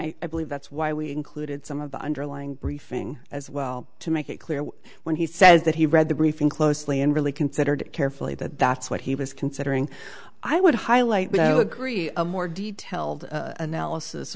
d i believe that's why we included some of the underlying briefing as well to make it clear when he says that he read the briefing closely and really considered carefully that that's what he was considering i would highlight you know agree a more detailed analysis